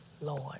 Lord